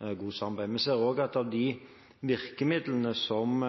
ser også at av de virkemidlene som